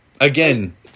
Again